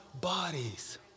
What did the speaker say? bodies